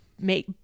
make